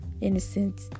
innocent